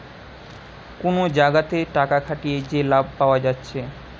কুনো জাগাতে টাকা খাটিয়ে যে লাভ পায়া যাচ্ছে